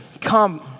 come